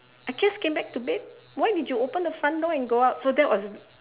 I just came back to bed why did you open the front door and go out so that was